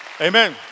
Amen